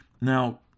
Now